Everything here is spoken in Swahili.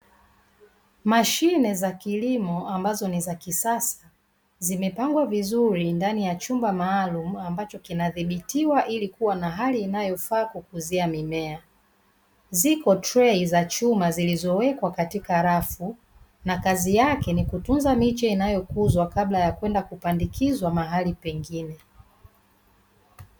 Mashine za kilimo ambazo ni za kisasa, zimepangwa vizuri ndani ya chumba maalumu ambacho kinadhibitiwa ili kuwa na hali inayofaa kukuzia mimea, ziko trei za chuma zilizowekwa katika rafu na kazi yake ni kutunza miche inayokuzwa kabla ya kwenda kupandikizwa mahali pengine.